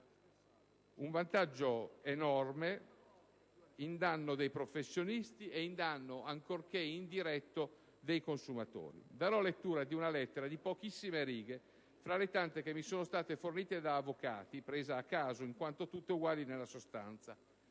un vantaggio enorme che va in danno dei professionisti e in danno, ancorché indiretto, dei consumatori. Darò lettura di una lettera di poche righe presa a caso, fra le tante che mi sono state fornite da avvocati, in quanto tutte uguali nella sostanza.